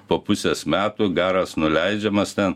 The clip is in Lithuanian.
po pusės metų garas nuleidžiamas ten